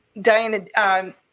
Diana